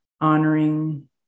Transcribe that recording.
honoring